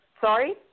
Sorry